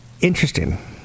Interesting